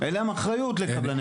אחריות.